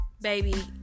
baby